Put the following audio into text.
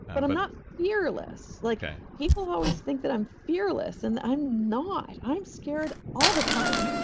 but i'm not fearless. like ah people always think that i'm fearless, and i'm not. i'm scared all the time,